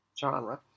genre